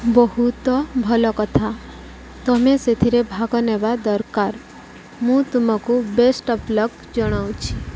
ବହୁତ ଭଲ କଥା ତମେ ସେଥିରେ ଭାଗ ନେବା ଦରକାର ମୁଁ ତମକୁ ବେଷ୍ଟ୍ ଅଫ୍ ଲକ୍ ଜଣାଉଛି